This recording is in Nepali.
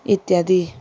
इत्यादि